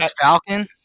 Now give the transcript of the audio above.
Falcon